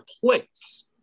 place